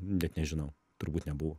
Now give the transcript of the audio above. net nežinau turbūt nebuvo